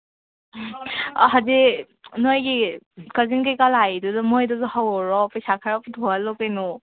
ꯑꯥ ꯍꯧꯖꯤꯛ ꯅꯣꯏꯒꯤ ꯀꯖꯤꯟ ꯀꯩꯀꯥ ꯂꯥꯛꯏꯗꯨꯁꯨ ꯃꯣꯏꯗꯁꯨ ꯍꯧꯔꯣ ꯄꯩꯁꯥ ꯈꯔ ꯄꯨꯊꯣꯛꯍꯜꯂꯣ ꯀꯩꯅꯣ